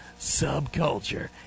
subculture